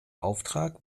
auftrag